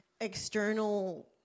external